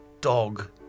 dog